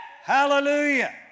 hallelujah